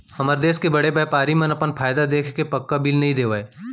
हमर देस के बड़े बैपारी मन अपन फायदा देखके पक्का बिल नइ देवय